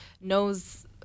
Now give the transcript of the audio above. knows